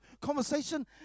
conversation